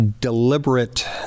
deliberate